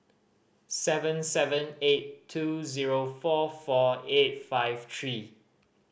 seven seven eight two zero four four eight five three